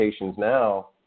now